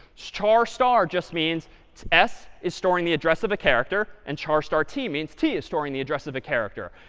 char star just means s is storing the address of a character. and char star t means t is storing the address of a character.